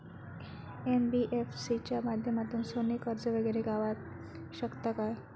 NBFC च्या माध्यमातून सोने कर्ज वगैरे गावात शकता काय?